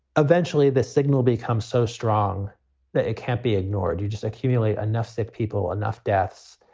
eventually the signal becomes so strong that it can't be ignored. you just accumulate enough sick people, enough deaths.